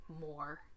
more